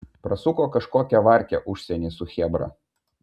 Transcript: prasuko kažkokią varkę užsieny su chebra